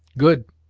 good!